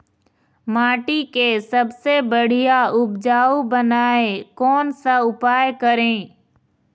माटी के सबसे बढ़िया उपजाऊ बनाए कोन सा उपाय करें?